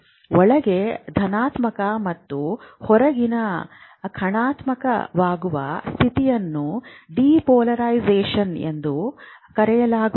ಒಳಗೆ ಧನಾತ್ಮಕ ಮತ್ತು ಹೊರಗಿನ ಋಣಾತ್ಮಕವಾಗುವ ಸ್ಥಿತಿಯನ್ನು ಡಿಪೋಲರೈಸೇಶನ್ Depolarization ಎಂದು ಕರೆಯಲಾಗುತ್ತದೆ